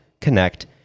connect